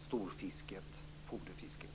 storfisket och foderfisket.